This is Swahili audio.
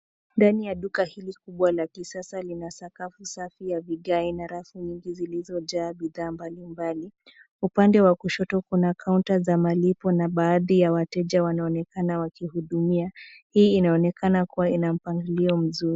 Ndani ya duka hii la kisasa lenye lina sakafu safi ya vigae na rafu nyingi zilizojaa bidhaa mbalimbali. Upande wa kushoto kuna kaunta za malipo na baadhi ya wateja wanaonekana wakivitumia. Hii inaonekana kuwa inampangilio mzuri.